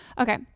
Okay